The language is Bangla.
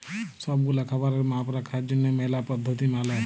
সব গুলা খাবারের মাপ রাখার জনহ ম্যালা পদ্ধতি মালে